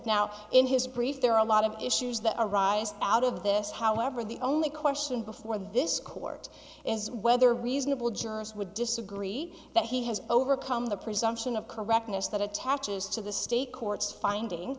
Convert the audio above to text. now in his brief there are a lot of issues that arise out of this however the only question before this court is whether reasonable jurors would disagree that he has overcome the presumption of correctness that attaches to the state courts finding